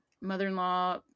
Mother-in-law